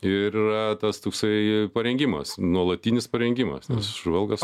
ir yra tas toksai parengimas nuolatinis parengimas nes žvalgas